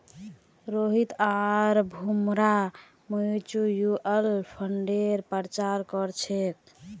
रोहित आर भूमरा म्यूच्यूअल फंडेर प्रचार कर छेक